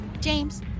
James